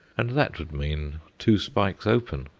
and that would mean two spikes open,